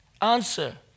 Answer